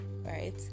right